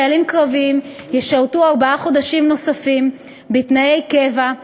חיילים קרביים ישרתו ארבעה חודשים נוספים בתנאי קבע,